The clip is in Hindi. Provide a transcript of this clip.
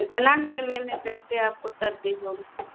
इतनी गर्मी में कैसे आपको सर्दी हो गया